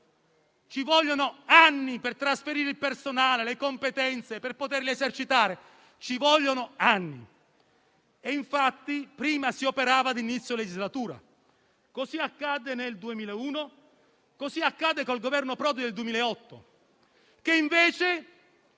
Ci vogliono anni per trasferire il personale, le competenze e per poterle esercitare. Ci vogliono anni. Per tale ragione prima si operava ad inizio legislatura. Così accadde nel 2001, così accade con il Governo Prodi nel 2008. La sinistra,